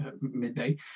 midday